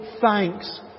thanks